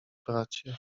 bracie